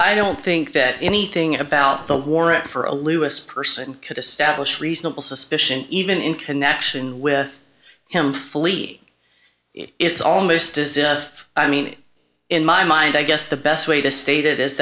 i don't think that anything about the warrant for a louis person could establish reasonable suspicion even in connection with him fully it's almost as if i mean in my mind i guess the best way to sta